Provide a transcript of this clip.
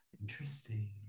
Interesting